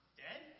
dead